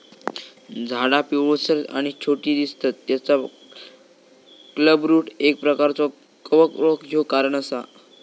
झाडा पिवळसर आणि छोटी दिसतत तेचा क्लबरूट एक प्रकारचो कवक रोग ह्यो कारण असा